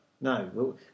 No